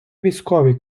військові